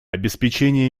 обеспечения